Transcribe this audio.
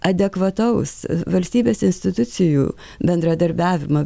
adekvataus valstybės institucijų bendradarbiavimą